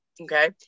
Okay